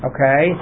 Okay